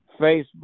Facebook